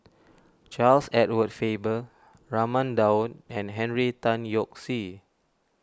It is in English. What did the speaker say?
Charles Edward Faber Raman Daud and Henry Tan Yoke See